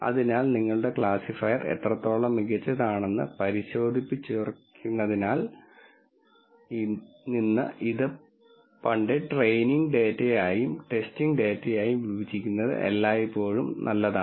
അതിനാൽ നിങ്ങളുടെ ക്ലാസിഫയർ എത്രത്തോളം മികച്ചതാണെന്ന് പരിശോധിച്ചുറപ്പിക്കുന്നതിൽ നിന്ന് ഇത് ട്രെയിനിങ് ഡേറ്റ ആയും ടെസ്റ്റിംഗ് ഡേറ്റയായും വിഭജിക്കുന്നത് എല്ലായ്പ്പോഴും നല്ലതാണ്